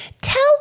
Tell